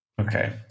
Okay